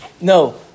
No